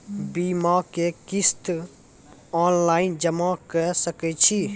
बीमाक किस्त ऑनलाइन जमा कॅ सकै छी?